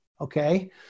okay